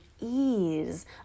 ease